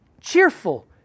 cheerful